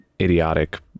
idiotic